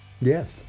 Yes